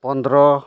ᱯᱚᱱᱨᱚ